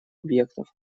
объектов